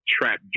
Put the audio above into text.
Trap